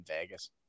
Vegas